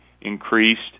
increased